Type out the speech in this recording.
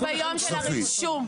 עוד ביום של הרישום.